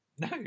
no